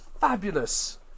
fabulous